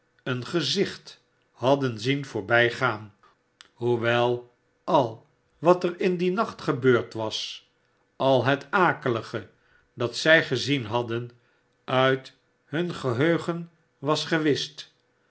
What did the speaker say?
een gezicht hadden zien voorbijgaan hoewel al wat er in dien nacht gebeurd was al het akelige dat zij gezien hadden uit hun geheugen was